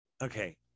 Okay